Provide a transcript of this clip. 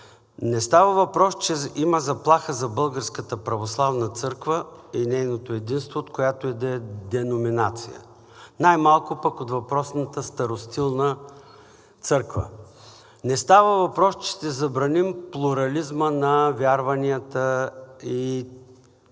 Не става въпрос, че има заплаха за Българската православна църква и нейното единство от която и да е деноминация, най-малко пък от въпросната старостилна църква. Не става въпрос, че ще забраним плурализма на вярванията и